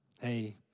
Hey